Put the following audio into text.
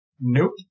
Nope